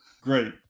Great